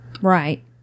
Right